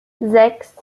sechs